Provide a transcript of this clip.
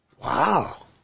Wow